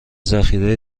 ذخیره